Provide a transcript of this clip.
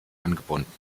angebunden